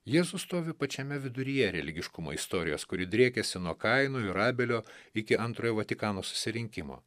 jėzus stovi pačiame viduryje religiškumo istorijos kuri driekiasi nuo kaino ir abelio iki antrojo vatikano susirinkimo